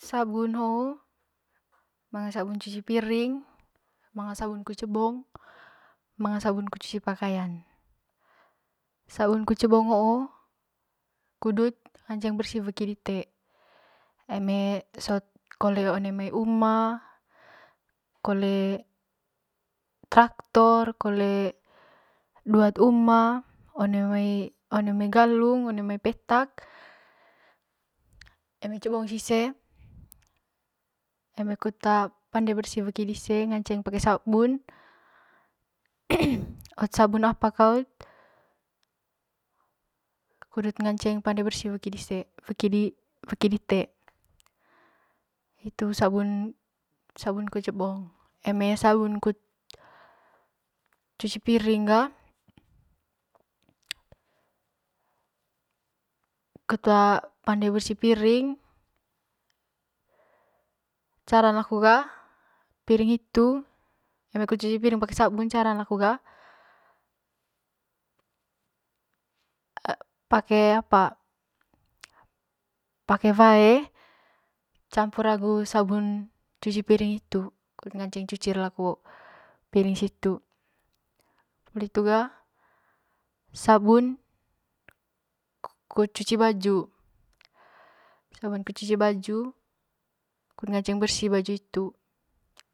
Sabun hoo manga sabun kut cuci piring manga sabun kut cebong manga abun kut cuci pakayan, sabun kut cebong hoo ngaceng kudut bersi weki dite eme sot kole one mai uma kole traktor kole duat uma one mai one mai galung one mai petak eme kut cebong iise eme kut pande bersi weki dite pake sabun pake sabun apa kaut ngaceng pande bersi weki dise weki dise agu sabun ku sabun kut cebong eme sabun kut cuci piring ga kut pande bersi piring caran laku ga eme kut cuci piring pake sabun caran laku ga pake pake apa pake wae campur agu sabun cuci piring hitu kut ngaceng laku cucuir piring situ poli hitu ga sabun kut cuci baju, sabun kut cuci baju kut ngaceng bersi baju hitu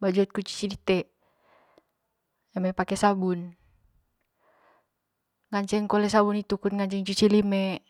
baju hot cuci dite eme pake sabun ngaceng kole sabun hitu kut ngance cuci lime.